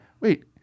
Wait